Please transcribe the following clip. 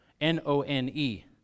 N-O-N-E